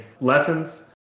lessons